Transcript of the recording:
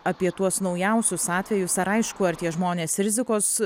apie tuos naujausius atvejus ar aišku ar tie žmonės rizikos